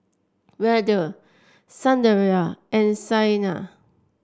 Vedre Sundaraiah and Saina